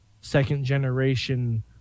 second-generation